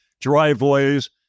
driveways